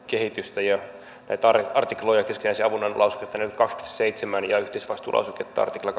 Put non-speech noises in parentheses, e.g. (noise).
kehitystä ja näitä artikloita keskinäisen avunannon lauseketta neljäkymmentäkaksi piste seitsemän ja yhteisvastuulauseketta artikla (unintelligible)